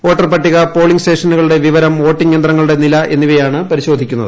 voter ്പട്ടിക polling സ്റ്റേഷനുകളുടെ വിവരം വോട്ടിംഗ് യന്ത്രങ്ങളുടെ നില എന്നിവയാണ് പരിശോധിക്കുന്നത്